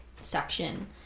section